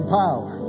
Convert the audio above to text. power